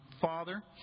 father